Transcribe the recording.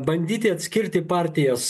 bandyti atskirti partijas